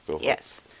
Yes